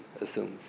assumes